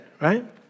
right